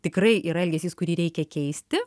tikrai yra elgesys kurį reikia keisti